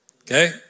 okay